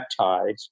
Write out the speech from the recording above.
peptides